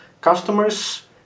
customers